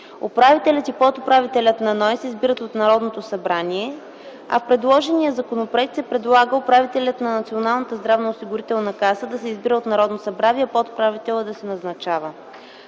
Управителят и подуправителят на НОИ се избират от Народното събрание, а в предложения законопроект се предлага управителят на Националната здравноосигурителна каса да се избира от Народното събрание, а подуправителят да се назначава.